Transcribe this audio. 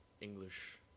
English